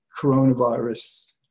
coronavirus